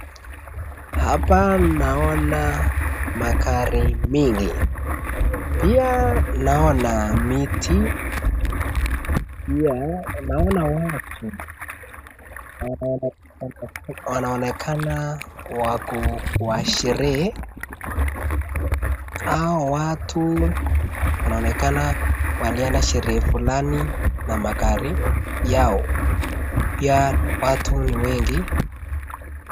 Hapa naona magari mingi. Pia naona miti. Pia naona watu. Wanaonekana wako kwa sherehe. Hao watu wanaonekana walienda sherehe fulani na magari yao. Pia watu ni wengi.